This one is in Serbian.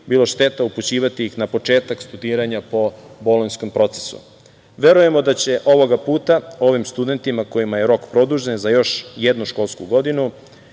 bilo šteta upućivati ih na početak studiranja po Bolonjskom procesu. Verujemo da će ovoga puta ovim studentima, kojima je rok produžen za još jednu školsku godinu